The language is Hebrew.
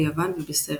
ביוון ובסרביה.